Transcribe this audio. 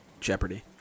Jeopardy